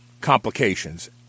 complications